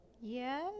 yes